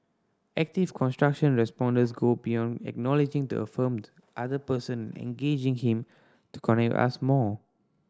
active construction responding go beyond acknowledging to affirmed the other person and engaging him to connect us more